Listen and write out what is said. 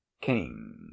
King